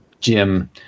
Jim